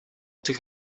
tych